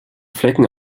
flecken